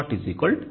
P0 VmIm